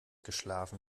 geschlafen